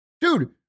Dude